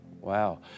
Wow